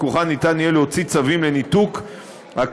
מכוחן ניתן יהיה להוציא צווים לניתוק קווים.